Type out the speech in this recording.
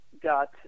got